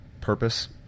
purpose